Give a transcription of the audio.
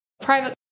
Private